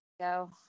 go